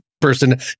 person